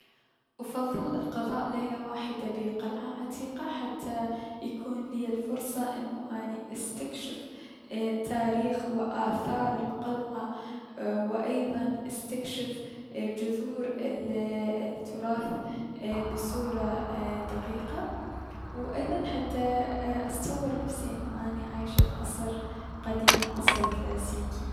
افضل قضاء ليلة وحدة بقلعة عتيقة حتى يكون ليا الفرصة انو اني استكشف اي- تاريخ و اثار القلعة و ايضا استكشف جذور التراث اي بصورة دقيقة، و ايضا حتى اتصور نفسي انو عايشة بعصر قديم و كلاسيكي.